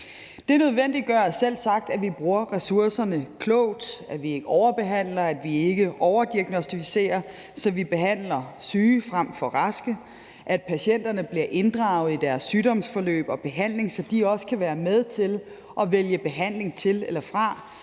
Det nødvendiggør selvsagt, at vi bruger ressourcerne klogt, at vi ikke overbehandler, at vi ikke overdiagnosticerer, så vi behandler syge frem for raske, at patienterne bliver inddraget i deres sygdomsforløb og behandling, så de også kan være med til at vælge behandling til eller fra.